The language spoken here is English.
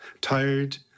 Tired